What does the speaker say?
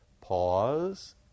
pause